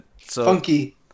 Funky